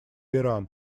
иран